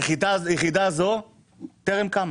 יחידה זו טרם קמה